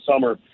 summer